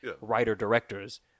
writer-directors